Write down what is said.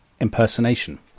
impersonation